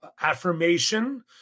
affirmation